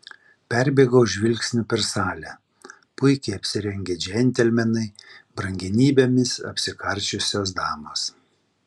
perbėgo žvilgsniu per salę puikiai apsirengę džentelmenai brangenybėmis apsikarsčiusios damos